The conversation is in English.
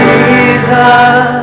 Jesus